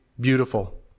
beautiful